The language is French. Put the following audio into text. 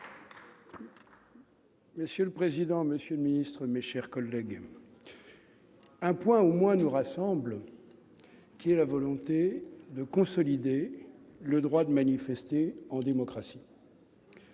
Monsieur le président, monsieur le ministre, mes chers collègues, un point au moins nous rassemble, à savoir la volonté de consolider le droit de manifester en démocratie.